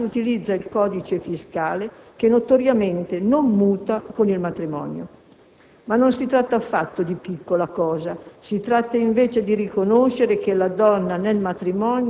Affermare nel codice civile che ciascun coniuge mantiene, dopo il matrimonio, il proprio cognome, può sembrare piccola cosa, ormai consolidata dalla realtà,